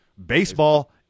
Baseball